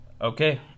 Okay